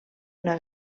una